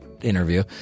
interview